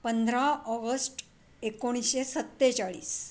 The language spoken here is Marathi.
पंधरा ऑगस्ट एकोणीशे सत्तेचाळीस